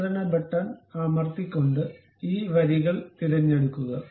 നിയന്ത്രണ ബട്ടൺ അമർത്തിക്കൊണ്ട് ഈ വരികൾ തിരഞ്ഞെടുക്കുക